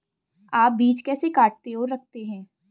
आप बीज कैसे काटते और रखते हैं?